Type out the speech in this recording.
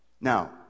now